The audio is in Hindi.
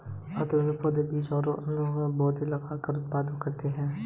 आवृतबीजी पौधे बीज से और अनावृतबीजी पौधे लता से उत्पन्न होते है